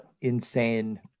insane